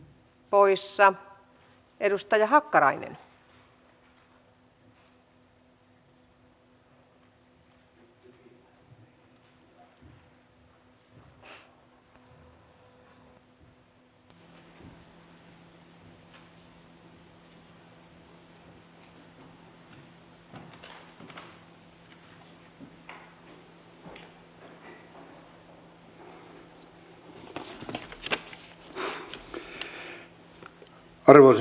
poissa edustaja ja puolustaa